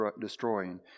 destroying